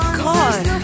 god